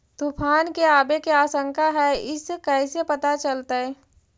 तुफान के आबे के आशंका है इस कैसे पता चलतै?